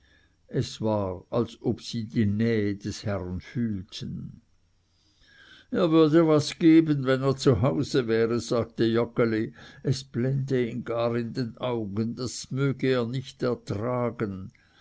es war als ob sie die nähe des herrn fühlten er würde was geben wenn er zu hause wäre sagte joggeli es blende ihn gar in den augen das möge er nicht ertragen